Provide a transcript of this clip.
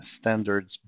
Standards